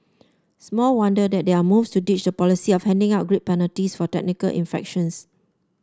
small wonder that there are moves to ditch the policy of handing out grid penalties for technical infractions